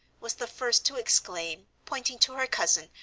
was the first to exclaim, pointing to her cousin,